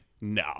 no –